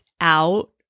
out